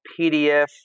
PDF